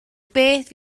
beth